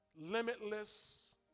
limitless